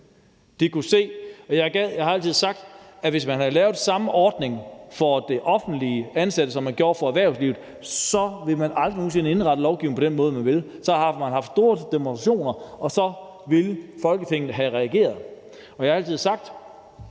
med fuld løn. Jeg har altid sagt, at hvis man havde lavet samme ordning for offentligt ansatte, som man gjorde for erhvervslivet, så ville man aldrig nogen sinde have kunnet indrette lovgivningen på den måde, som man gjorde; så ville der have været store demonstrationer, og så ville Folketinget have reageret. Og jeg har altid sagt,